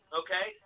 okay